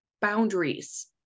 Boundaries